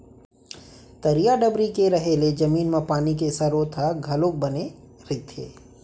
तरिया डबरी के रहें ले जमीन म पानी के सरोत ह घलोक बने रहिथे